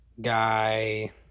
guy